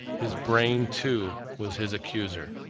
his brain, too, was his accuser.